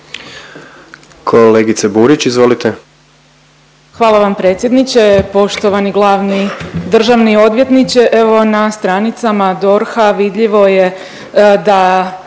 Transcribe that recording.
izvolite. **Burić, Majda (HDZ)** Hvala vam predsjedniče. Poštovani glavni državni odvjetniče evo na stranicama DORH-a vidljivo je da